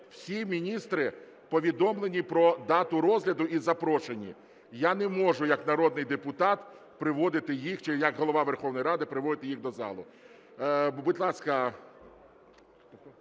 Всі міністри повідомлені про дату розгляду і запрошені. Я не можу як народний депутат приводити їх, чи як Голова Верховної Ради приводити їх до зали. Будь ласка,